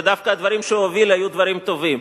ודווקא הדברים שהוא הוביל היו דברים טובים.